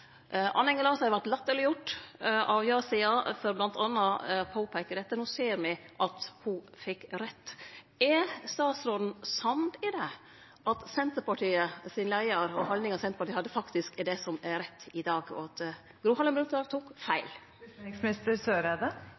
vart latterleggjord av ja-sida for bl.a. å påpeike dette. No ser me at ho fekk rett. Er statsråden samd i at haldninga som Senterpartiets leiar og Senterpartiet hadde, faktisk er det som er rett i dag, og at Gro Harlem Brundtland tok feil?